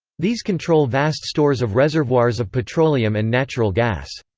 these control vast stores of reservoirs of petroleum and natural gas.